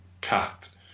cat